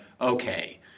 okay